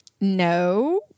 No